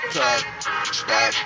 Stop